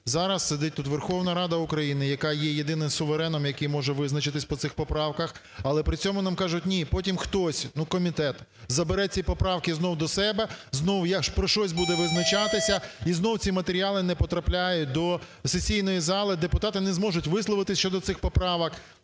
Зараз сидить тут Верховна Рада України, яка є єдиними сувереном, який може визначитись по цих поправках, але при цьому нам кажуть - ні. Потім хтось, комітет, забере ці поправки знову до себе, знову про щось буде визначатися, і знову ці матеріали не потрапляють до сесійної зали, депутати не зможуть висловитись щодо цих поправок.